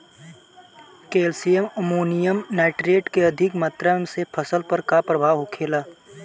Calcium ammonium nitrate के अधिक मात्रा से फसल पर का प्रभाव होखेला?